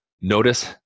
notice